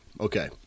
Okay